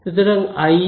সুতরাং আইইএম কি